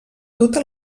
tota